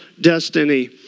destiny